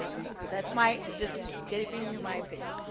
so that's my, just giving you my opinion.